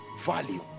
Value